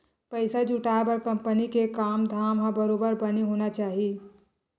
पइसा जुटाय बर कंपनी के काम धाम ह बरोबर बने होना चाही